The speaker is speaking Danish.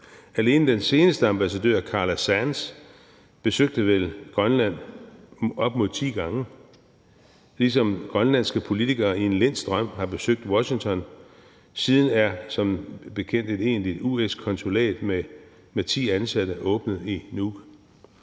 Alene den seneste ambassadør, Carla Sands, besøgte vel Grønland op mod ti gange, ligesom grønlandske politikere i en lind strøm har besøgt Washington. Siden er som bekendt et egentligt USA-konsulat med ti ansatte åbnet i Nuuk.